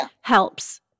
helps